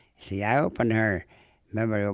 see, i open her remember,